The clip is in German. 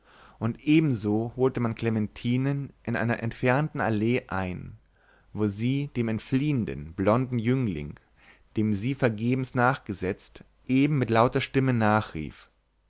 und ebenso holte man clementinen in einer entfernteren allee ein wo sie dem entfliehenden blonden jüngling dem sie vergebens nachgesetzt eben mit lauter stimme nachrief